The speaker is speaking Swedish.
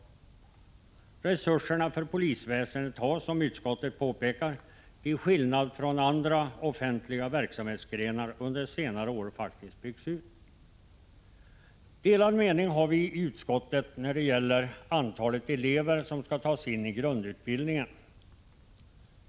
Resurserna för polisväsendet har, som utskottet påpekar, till skillnad från andra offentliga verksamhetsgrenar, under senare år faktiskt byggts ut. Delad mening har vi i utskottet när det gäller antalet elever som skall tas in i grundutbildningen.